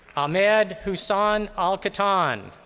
ahmed hussan al-katan.